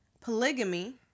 Polygamy